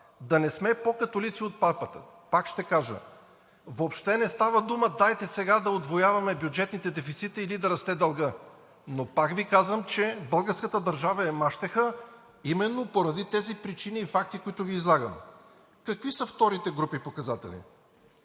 да не сме по католици от Папата, пак ще кажа: въобще не става дума, дайте сега да удвояваме бюджетните дефицити или да расте дългът. Пак Ви казвам, че българската държава е мащеха, именно поради тези причини и факти, които Ви излагам. Какви са вторите групи показатели?